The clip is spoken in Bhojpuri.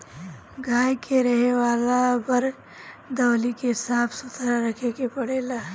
गाई के रहे वाला वरदौली के साफ़ सुथरा रखे के पड़ेला